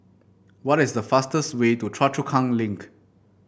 what is the fastest way to Choa Chu Kang Link